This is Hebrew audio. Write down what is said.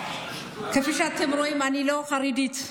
כפי שאתם רואים אני לא חרדית,